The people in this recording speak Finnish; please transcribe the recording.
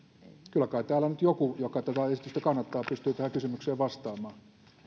kyllä kai täällä nyt joku joka tätä esitystä kannattaa pystyy tähän kysymykseen vastaamaan